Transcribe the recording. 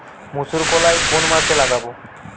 মুসুর কলাই কোন মাসে লাগাব?